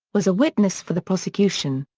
was a witness for the prosecution.